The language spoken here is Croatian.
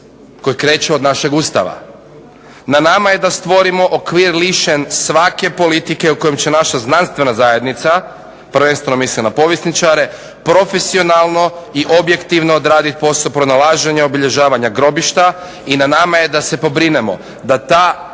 koji kreće od našeg Ustava. Na nama je da stvorimo okvir lišen svake politike u kojem će naša znanstvena zajednica, prvenstveno mislim na povjesničare, profesionalno i objektivno odraditi posao pronalaženje i obilježavanja grobišta i na nama je da se pobrinemo da ta